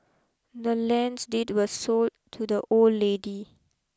the land's deed was sold to the old lady